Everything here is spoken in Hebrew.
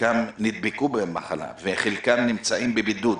שחלקם נדבקו במחלה וחלקם נמצאים בבידוד,